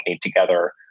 together